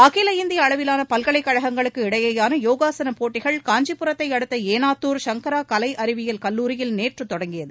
அகில இந்திய அளவிலான பல்கலைக் கழகங்களுக்கு இடையேயான யோகாசனப் போட்டிகள் காஞ்சிபுரத்தை அடுத்த ஏனாத்தூர் சங்கரா கலை அறிவியல் கல்லூரியில் நேற்று தொடங்கியது